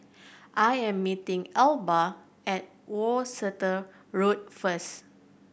I am meeting Elba at Worcester Road first